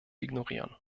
ignorieren